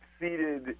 exceeded